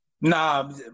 Nah